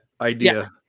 idea